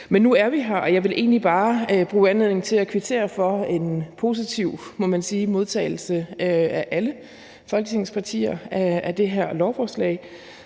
Men nu er vi her, og jeg vil egentlig bare bruge anledningen til at kvittere for en, må man sige, positiv modtagelse fra alle Folketingets partier af det her lovforslag,